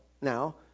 now